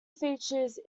features